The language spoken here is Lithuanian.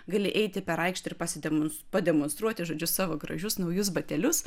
gali eiti per aikštę ir pasidemon pademonstruoti žodžiu savo gražius naujus batelius